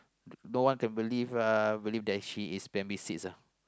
no one to believe ah believe that she is primary six ah